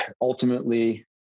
ultimately